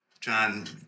John